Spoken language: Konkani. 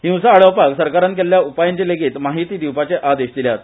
हिंसा आडावपाक सरकारान केल्ल्या उपायांची लेगीत म्हायती दिवपाचे आदेश दिल्यात